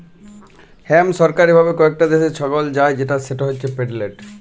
hemp সরকারি ভাবে কয়েকট দ্যাশে যগাল যায় আর সেট হছে পেটেল্টেড